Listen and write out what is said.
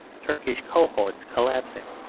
turkish cohorts collapsing,